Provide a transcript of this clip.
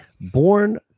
Born